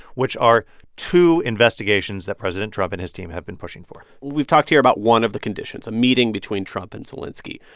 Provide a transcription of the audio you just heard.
which are two investigations that president trump and his team have been pushing for we've talked here about one of the conditions a meeting between trump and zelenskiy.